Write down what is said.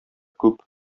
күп